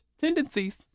tendencies